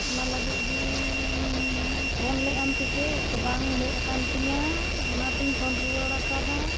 ᱚᱱᱟ ᱞᱟᱹᱜᱤᱫ ᱜᱮ ᱯᱷᱳᱱ ᱞᱮᱫᱟᱢ ᱥᱮ ᱪᱮᱫ ᱛᱚ ᱵᱟᱝ ᱦᱮᱡ ᱟᱠᱟᱱ ᱛᱤᱧᱟᱹ ᱚᱱᱟᱛᱤᱧ ᱯᱷᱳᱱ ᱨᱩᱣᱟᱹᱲ ᱟᱠᱟᱫᱟ